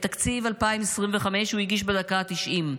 את תקציב 2025 הוא הגיש בדקה ה-90.